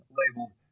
labeled